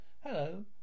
Hello